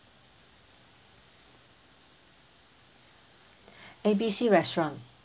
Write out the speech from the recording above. A B C restaurant